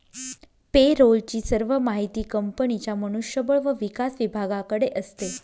पे role ची सर्व माहिती कंपनीच्या मनुष्य बळ व विकास विभागाकडे असते